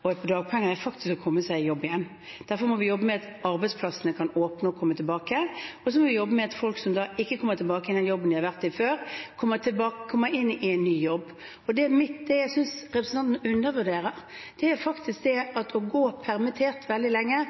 dagpenger, er faktisk å komme seg i jobb igjen. Derfor må vi jobbe med at arbeidsplassene kan åpne og komme tilbake, og så må vi jobbe med at folk som ikke kommer tilbake i den jobben de har vært i før, kommer inn i en ny jobb. Det jeg synes representanten undervurderer, er at når folk går permittert veldig lenge